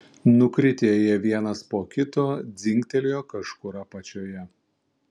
nukritę jie vienas po kito dzingtelėjo kažkur apačioje